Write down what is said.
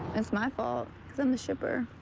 that's my fault, cause i'm the shipper.